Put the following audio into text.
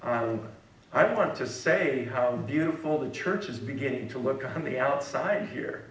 them i want to say how beautiful the church is beginning to look from the outside here